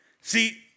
See